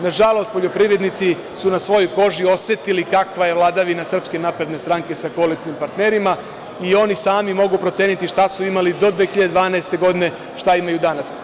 Nažalost, poljoprivrednici su na svojoj koži osetili kakva je vladavina SNS sa koalicionim partnerima i oni sami mogu proceniti šta su imali do 2012. godine, a šta imaju danas.